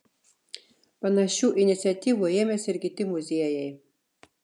panašių iniciatyvų ėmėsi ir kiti muziejai